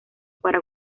para